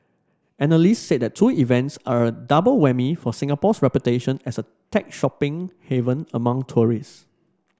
analysts said the two events are a double whammy for Singapore's reputation as a tech shopping haven among tourists